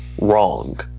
wrong